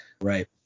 Right